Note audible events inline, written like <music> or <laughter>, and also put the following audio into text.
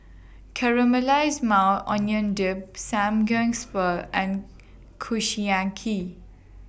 Caramelized Maui Onion Dip <unintelligible> and Kushiyaki